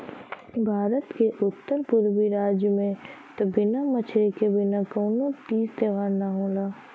भारत के उत्तर पुरबी राज में त बिना मछरी के बिना कवनो तीज त्यौहार ना होला